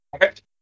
Okay